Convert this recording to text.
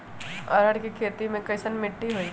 अरहर के खेती मे कैसन मिट्टी होइ?